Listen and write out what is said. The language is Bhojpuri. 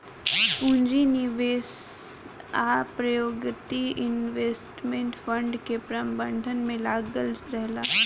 पूंजी निवेश आ प्रायोजित इन्वेस्टमेंट फंड के प्रबंधन में लागल रहेला